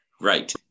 Right